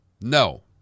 no